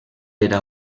era